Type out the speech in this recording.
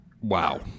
Wow